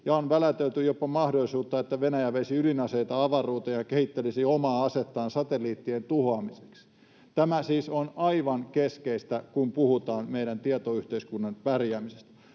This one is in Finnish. ja on väläytelty jopa mahdollisuutta, että Venäjä veisi ydinaseita avaruuteen ja kehittelisi omaa asettaan satelliittien tuhoamiseksi. Tämä siis on aivan keskeistä, kun puhutaan meidän tietoyhteiskunnan pärjäämisestä.